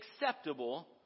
acceptable